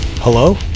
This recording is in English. hello